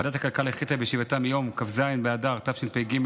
ועדת הכלכלה החליטה בישיבתה מיום כ"ז באדר התשפ"ג,